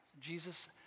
Jesus